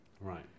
Right